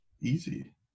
easy